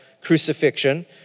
crucifixion